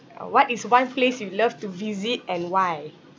uh what is one place you love to visit and why